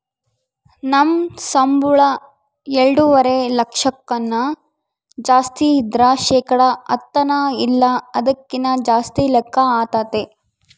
ನಮ್ ಸಂಬುಳ ಎಲ್ಡುವರೆ ಲಕ್ಷಕ್ಕುನ್ನ ಜಾಸ್ತಿ ಇದ್ರ ಶೇಕಡ ಹತ್ತನ ಇಲ್ಲ ಅದಕ್ಕಿನ್ನ ಜಾಸ್ತಿ ಲೆಕ್ಕ ಆತತೆ